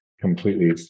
completely